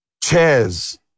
chairs